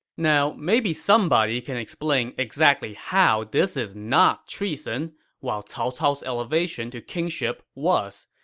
now, maybe somebody can explain exactly how this is not treason while cao cao's elevation to kingship was,